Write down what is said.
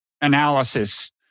analysis